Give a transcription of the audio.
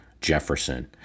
Jefferson